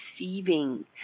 receiving